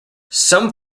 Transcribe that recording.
some